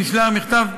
10 ביוני.